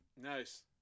Nice